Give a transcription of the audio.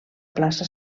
plaça